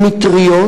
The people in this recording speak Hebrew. עם מטריות,